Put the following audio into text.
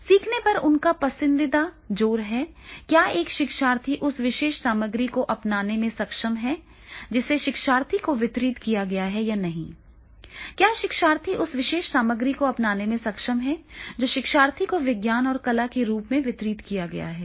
सीखने पर उनका पसंदीदा जोर है क्या एक शिक्षार्थी उस विशेष सामग्री को अपनाने में सक्षम है जिसे शिक्षार्थी को वितरित किया गया है या नहीं क्या शिक्षार्थी उस विशेष सामग्री को अपनाने में सक्षम है जो शिक्षार्थी को विज्ञान और कला के रूप में वितरित किया गया है